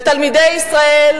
ותלמידי ישראל,